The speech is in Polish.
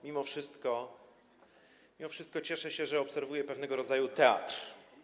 Mimo wszystko, mimo wszystko cieszę się, że obserwuję pewnego rodzaju teatr.